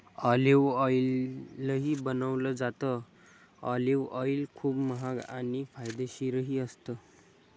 olive ऑईलही बनवलं जातं, ऑलिव्ह ऑईल खूप महाग आणि फायदेशीरही असतं